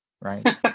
right